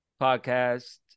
podcast